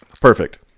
Perfect